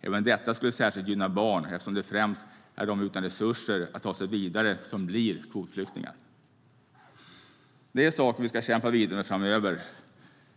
Även detta skulle särskilt gynna barn eftersom det främst är de utan resurser att ta sig vidare som blir kvotflyktingar. Detta ska vi kämpa vidare med framöver.